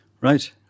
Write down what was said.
Right